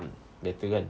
mm better kan